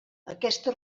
aquesta